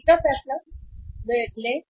तीसरा फैसला वे लें